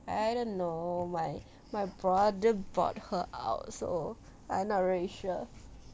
I don't know my my brother bought her out so I not really sure